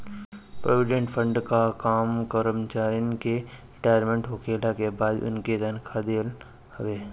provident fund कअ काम करमचारिन के रिटायर होखला के बाद भी उनके तनखा देहल हवे